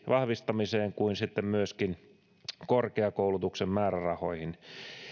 vahvistamiseen kuin myöskin korkeakoulutuksen määrärahoihin